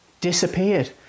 disappeared